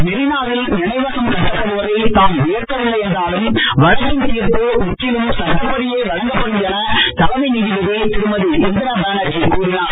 மெரீனாவில் நினைவகம் கட்டப்படுவதை தாம் ஏற்கவில்லை என்றாலும் வழக்கின் திர்ப்பு முற்றிலும் சட்டப்படியே வழங்கப்படும் என தலைமை நீதிபதி திருமதி இந்திரா பேனர்ஜி கூறினார்